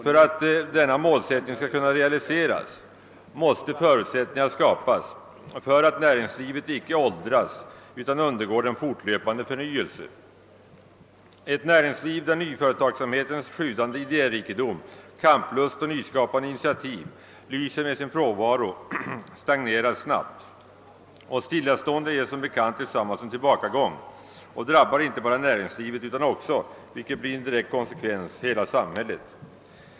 För att detta mål skall kunna uppnås måste förutsättningar skapas för att näringslivet inte åldras utan undergår en fortlöpande förnyelse. Ett näringsliv där nyföretagsamhetens sjudande idérikedom, kamplust och nyskapande initiativ lyser med sin från varo stagnerar snabbt. Och stillastående är som bekant detsamma som tillbakagång och drabbar inte bara näringslivet utan också, vilket blir en direkt konsekvens, hela samhället.